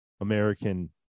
american